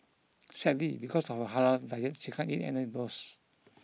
sadly because of her halal diet she can't eat any of those